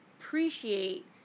appreciate